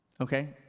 Okay